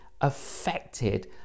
affected